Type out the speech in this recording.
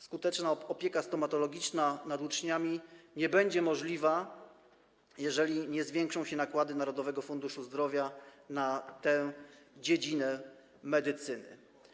Skuteczna opieka stomatologiczna nad uczniami nie będzie możliwa, jeżeli nie zwiększą się nakłady Narodowego Funduszu Zdrowia na tę dziedzinę medycyny.